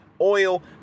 oil